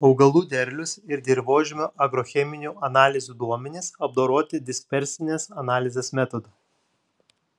augalų derlius ir dirvožemio agrocheminių analizių duomenys apdoroti dispersinės analizės metodu